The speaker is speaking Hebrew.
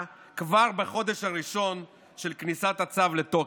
כבר בחודש הראשון של כניסת הצו לתוקף,